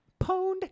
pwned